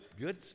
good